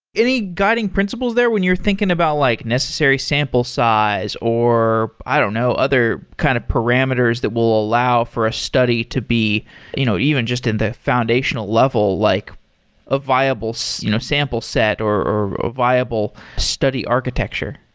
any guiding principle there when you're thinking about like necessary sample size or i don't know, other kind of parameters that will allow for a study to be you know even just in the foundational level, like a viable so you know sample set or a viable study architecture?